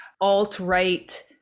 alt-right